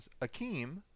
Akeem